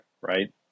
right